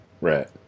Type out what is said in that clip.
right